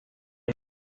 una